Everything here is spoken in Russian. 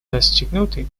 достигнуты